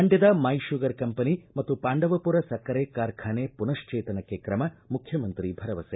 ಮಂಡ್ಕದ my sugar company ಮತ್ತು ಪಾಂಡವಪುರ ಸಕ್ಕರೆ ಕಾರ್ಖಾನೆ ಪುನಃಶ್ವೇತನಕ್ಕೆ ಕ್ರಮ ಮುಖ್ಯಮಂತ್ರಿ ಭರವಸೆ